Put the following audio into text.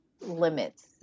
limits